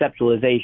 conceptualization